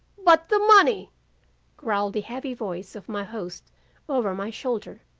but the money growled the heavy voice of my host over my shoulder.